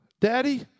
daddy